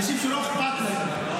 אנשים שלא אכפת להם,